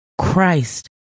Christ